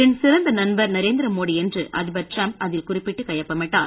என் சிறந்த நண்பர் நரேந்திர மோடி என்று அதிபர் டிரம்ப் அதில் குறிப்பிட்டு கையொப்பமிட்டார்